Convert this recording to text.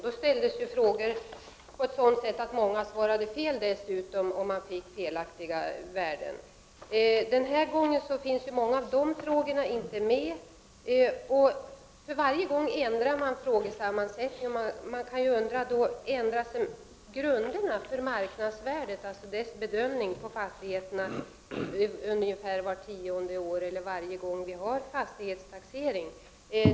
Då ställdes frågor på ett sådant sätt att många dessutom svarade fel och fick felaktiga värden. Den här gången är många av de frågorna inte med. För varje gång ändrar man frågesammansättningen. Man kan undra: Ändras grunderna för bedömningen av fastigheternas marknadsvärde ungefär vart tionde år eller varje gång vi har fastighetstaxering?